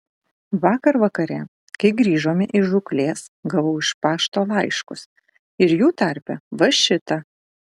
vakar vakare kai grįžome iš žūklės gavau iš pašto laiškus ir jų tarpe va šitą